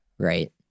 Right